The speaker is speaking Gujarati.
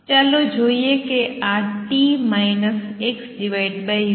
ચાલો જોઈએ કે આ t xv નું ફંક્સન છે